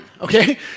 Okay